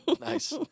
Nice